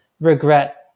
regret